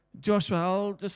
Joshua